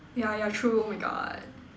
yeah yeah true oh my God